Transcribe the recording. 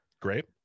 Great